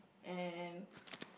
and